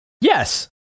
Yes